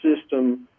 system